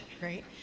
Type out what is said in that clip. right